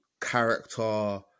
character